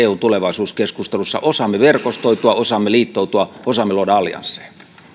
eun tulevaisuuskeskustelussa osaamme verkostoitua osaamme liittoutua osaamme luoda alliansseja